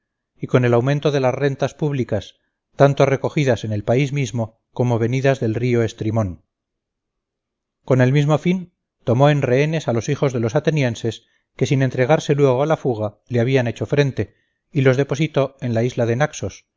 y con el aumento de las rentas públicas tanto recogidas en el país mismo como venidas del río estrimón con el mismo fin tomó en rehenes a los hijos de los atenienses que sin entregarse luego a la fuga le habían hecho frente y los depositó en la isla de naxos